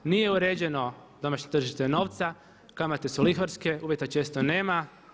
Nije uređeno domaće tržište novca, kamate su lihvarske, uvjeta često nema.